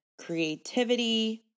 creativity